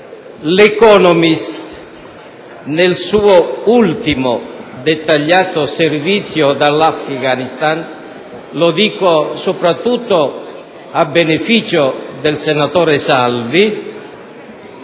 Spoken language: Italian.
Economist», per il suo ultimo dettagliato servizio dall'Afghanistan - lo dico soprattutto a beneficio del senatore Salvi